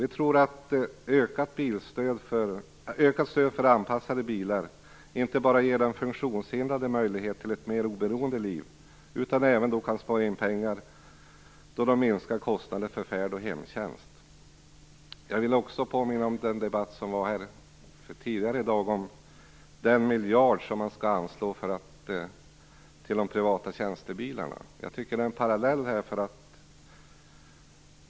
Vi tror att ett ökat stöd till anpassade bilar inte bara ger den funktionshindrade möjlighet till ett mer oberoende liv utan även kan spara in pengar. Det blir ju minskade kostnader för färdtjänsten och hemtjänsten. Jag vill också påminna om den debatt som fördes här tidigare i dag och som gällde den miljard som skall anslås till privata tjänstebilar. Jag ser här en parallell.